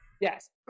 yes